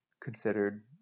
considered